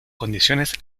condiciones